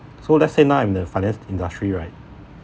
so let's say now I'm in the finance industry right